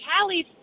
Callie